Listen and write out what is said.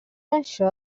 això